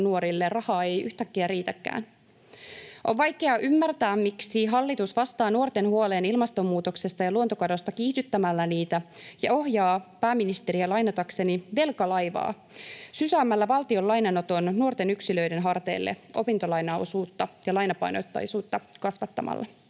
nuorille rahaa ei yhtäkkiä riitäkään. On vaikea ymmärtää, miksi hallitus vastaa nuorten huoleen ilmastonmuutoksesta ja luontokadosta kiihdyttämällä niitä ja ohjaa, pääministeriä lainatakseni, ”velkalaivaa” sysäämällä valtion lainanoton nuorten yksilöiden harteille opintolainaosuutta ja lainapainotteisuutta kasvattamalla.